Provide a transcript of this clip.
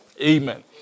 Amen